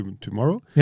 tomorrow